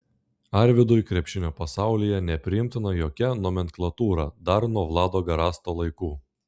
arvydui krepšinio pasaulyje nepriimtina jokia nomenklatūra dar nuo vlado garasto laikų